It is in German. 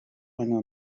eine